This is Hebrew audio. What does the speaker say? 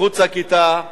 מחוץ לכיתה,